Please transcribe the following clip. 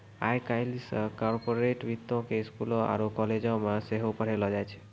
आइ काल्हि कार्पोरेट वित्तो के स्कूलो आरु कालेजो मे सेहो पढ़ैलो जाय छै